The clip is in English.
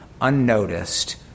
unnoticed